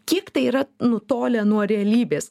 kiek tai yra nutolę nuo realybės